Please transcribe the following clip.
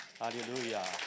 Hallelujah